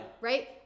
Right